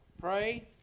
pray